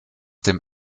dem